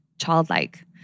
childlike